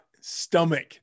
stomach